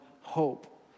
hope